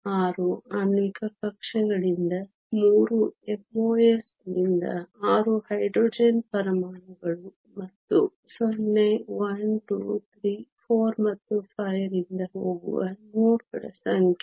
6 ಆಣ್ವಿಕ ಕಕ್ಷೆಗಳಿಂದ 6 MOS ನಿಂದ 6 ಹೈಡ್ರೋಜನ್ ಪರಮಾಣುಗಳು ಮತ್ತು ನಾವು 0 1 2 3 4 ಮತ್ತು 5 ರಿಂದ ಹೋಗುವ ನೋಡ್ಗಳ ಸಂಖ್ಯೆ